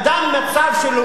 זה אדם במצב של,